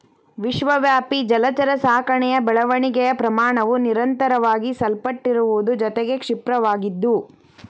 ವಿಶ್ವವ್ಯಾಪಿ ಜಲಚರ ಸಾಕಣೆಯ ಬೆಳವಣಿಗೆಯ ಪ್ರಮಾಣವು ನಿರಂತರವಾಗಿ ಸಲ್ಪಟ್ಟಿರುವುದರ ಜೊತೆಗೆ ಕ್ಷಿಪ್ರವಾಗಿದ್ದು